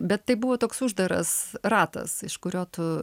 bet tai buvo toks uždaras ratas iš kurio tu